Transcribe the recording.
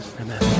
Amen